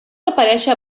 aparèixer